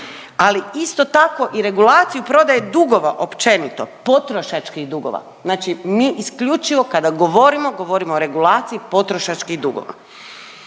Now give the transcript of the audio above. ali isto tako i regulaciju prodaje dugova općenito, potrošačkih dugova, znači mi isključivo kada govorimo govorimo o regulaciji potrošačkih dugova,